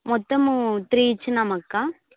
మొత్తము త్రీ ఇచ్చినాం అక్క